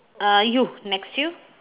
uh you next you